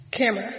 Camera